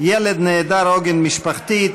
ילד נעדר עוגן משפחתי),